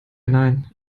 nein